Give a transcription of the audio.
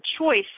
choice